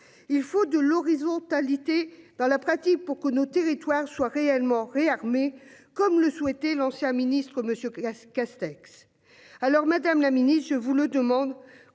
Il faut de l'horizontalité dans la pratique, pour que nos territoires soit réellement réarmer comme le souhaitait l'ancien ministre monsieur